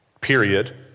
period